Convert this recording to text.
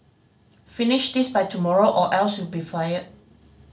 finish this by tomorrow or else you'll be fired